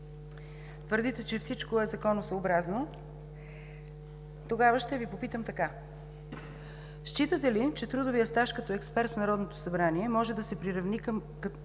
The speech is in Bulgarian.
Твърдите, че всичко е законосъобразно. Тогава ще Ви попитам така: считате ли, че трудовият стаж като експерт в Народното събрание може да се приравни към